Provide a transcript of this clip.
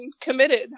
committed